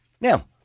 Now